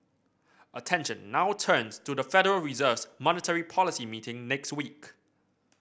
attention now turns to the Federal Reserve's monetary policy meeting next week